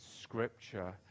scripture